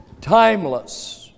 Timeless